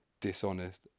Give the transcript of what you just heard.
dishonest